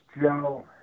Joe